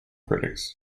critics